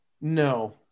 No